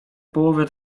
połowy